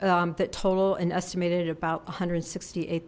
that total and estimated at about one hundred sixty eight